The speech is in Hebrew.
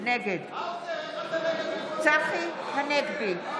נגד צחי הנגבי,